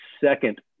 second